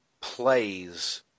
plays